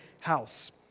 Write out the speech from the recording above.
house